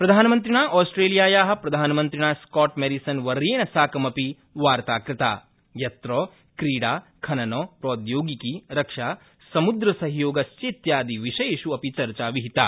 प्रधानमन्त्रिणा ऑस्ट्रेलियाया प्रधानमन्त्रिणा स्कॉट मॉरिसनवर्येण साकमपि वार्ताकृता यत्र क्रीडा खनन प्रौद्योगिकी रक्षा समुद्रसहयोगश् चेत्यादि विषयेष् अपि चर्चा विहिता